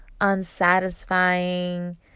unsatisfying